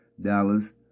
dollars